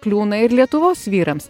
kliūna ir lietuvos vyrams